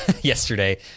Yesterday